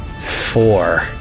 four